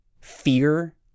fear